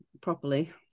properly